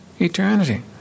eternity